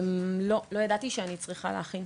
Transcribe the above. לא, לא ידעתי שאני צריכה להכין.